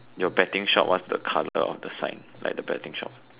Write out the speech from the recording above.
your petting shop what's the colour of the sign like the petting shop